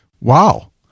Wow